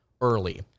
early